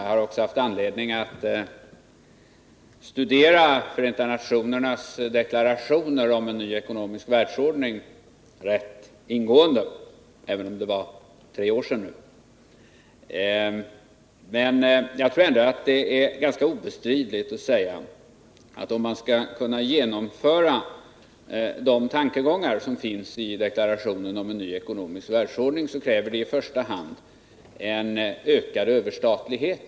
Jag har också haft anledning att studera Förenta nationernas deklarationer om en ny ekonomisk världsordning rätt ingående, även om det var tre år sedan nu. Men jag tror ändå att det är ganska obestridligt att om man skall kunna genomföra de tankegångar som finns i deklarationen om en ny ekonomisk världsordning så kräver det i första hand en ökad överstatlighet.